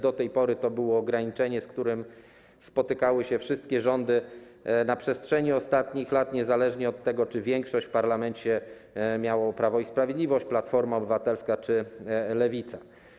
Do tej pory to było ograniczenie, z którym spotykały się wszystkie rządy na przestrzeni ostatnich lat, niezależnie od tego, czy większość w parlamencie miało Prawo i Sprawiedliwość, czy Platforma Obywatelska, czy Lewica.